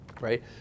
right